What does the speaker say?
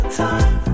time